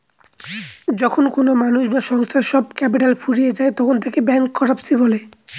যখন কোনো মানুষ বা সংস্থার সব ক্যাপিটাল ফুরিয়ে যায় তখন তাকে ব্যাংকরাপসি বলে